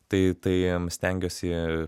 tai tai stengiuosi